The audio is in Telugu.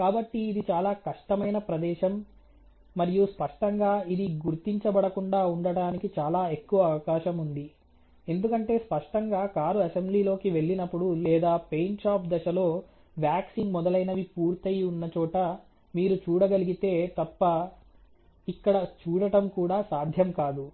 కాబట్టి ఇది చాలా కష్టమైన ప్రదేశం మరియు స్పష్టంగా ఇది గుర్తించబడకుండా ఉండటానికి చాలా ఎక్కువ అవకాశం ఉంది ఎందుకంటే స్పష్టంగా కారు అసెంబ్లీలోకి వెళ్ళినప్పుడు లేదా పెయింట్ షాప్ దశలో వాక్సింగ్ మొదలైనవి పూర్తయి ఉన్న చోట మీరు చూడగలిగితే తప్ప ఇక్కడ చూడటం కూడా సాధ్యం కాదు